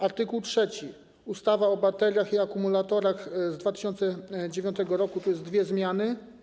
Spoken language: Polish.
Art. 3 - ustawa o bateriach i akumulatorach z 2009 r., tu są dwie zmiany.